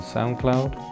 SoundCloud